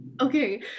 okay